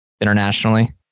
internationally